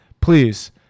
please